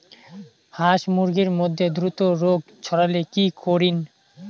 হাস মুরগির মধ্যে দ্রুত রোগ ছড়ালে কি করণীয়?